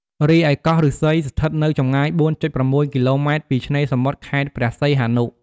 រីឯកោះឫស្សីស្ថិតនៅចម្ងាយ ៤.៦ គីឡូម៉ែត្រពីឆ្នេរសមុទ្រខេត្តព្រះសីហនុ។